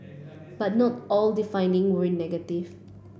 but not all the finding were negative